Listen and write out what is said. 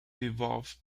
devolved